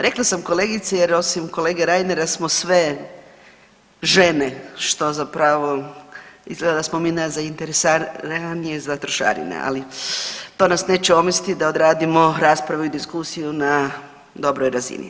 Rekla sam kolegice jer osim kolege Reinera smo sve žene što zapravo izgleda sa smo mi najzainteresiranije za trošarine, ali to nas neće omesti da odradimo raspravu i diskusiju na dobroj razini.